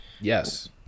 Yes